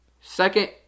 second